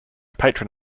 patron